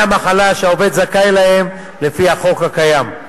המחלה שהעובד זכאי להם לפי החוק הקיים.